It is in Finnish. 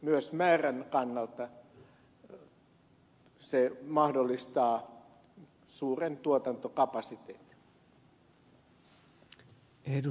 myös määrän kannalta se mahdollistaa suuren tuotantokapasiteetin